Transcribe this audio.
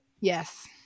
Yes